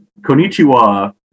Konichiwa